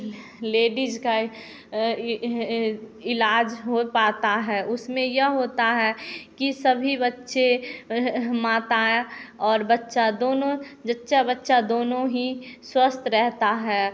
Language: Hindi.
लेडीज का इलाज हो पता है उसमें यह होता है कि सभी बच्चे माताएं और बच्चा दोनों जच्चा बच्चा दोनों ही स्वस्थ रहता है